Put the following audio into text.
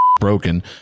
broken